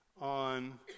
on